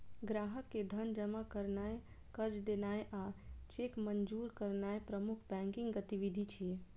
ग्राहक के धन जमा करनाय, कर्ज देनाय आ चेक मंजूर करनाय प्रमुख बैंकिंग गतिविधि छियै